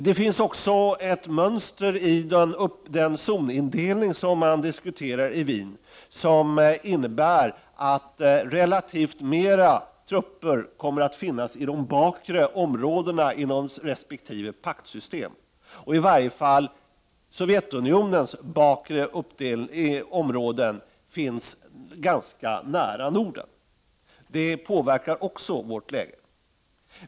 Det finns också ett mönster i den zonindelning som man diskuterar i Wien som innebär att relativt fler trupper kommer att finnas i de bakre områdena inom resp. paktsystem. I varje fall Sovjetunionens bakre områden ligger ju ganska nära Norden. Det påverkar också vårt läge.